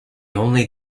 only